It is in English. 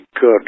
good